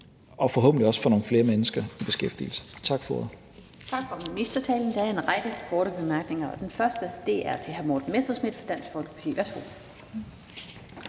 og forhåbentlig også få nogle flere mennesker i beskæftigelse. Tak for